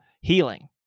healing